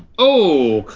oh.